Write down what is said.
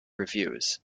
reviews